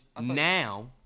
now